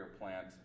plant